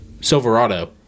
Silverado